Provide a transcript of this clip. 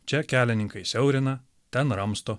čia kelininkai siaurina ten ramsto